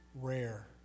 rare